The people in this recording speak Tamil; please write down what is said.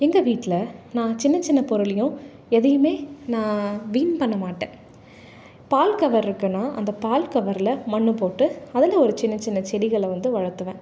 எங்கள் வீட்டில் நான் சின்ன சின்ன பொருளையும் எதையுமே நான் வீண் பண்ணமாட்டேன் பால் கவர் இருக்குதுன்னா அந்த பால் கவரில் மண் போட்டு அதில் ஒரு சின்ன சின்ன செடிகளை வந்து வளர்த்துவேன்